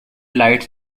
lights